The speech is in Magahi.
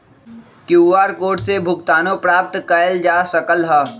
क्यूआर कोड से भुगतानो प्राप्त कएल जा सकल ह